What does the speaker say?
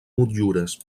motllures